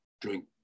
drink